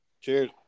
Cheers